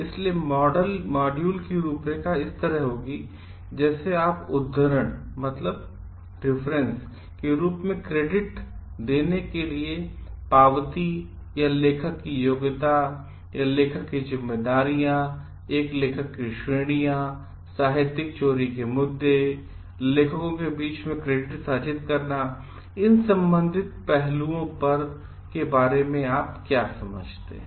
इसलिए मॉड्यूल की रूपरेखा इस तरह होगी कि जैसे आप उद्धरण के रूप में क्रेडिट पावती लेखक की योग्यता एक लेखक की जिम्मेदारियां एक लेखक की श्रेणियां साहित्यिक चोरी के मुद्दे लेखकों के बीच क्रेडिट साझा करना इससे संबंधित पहलू के बारे में क्या समझते हैं